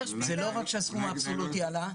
זה לא רק שהסכום האבסולוטי עלה.